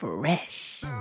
Fresh